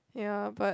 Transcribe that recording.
ya but